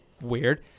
Weird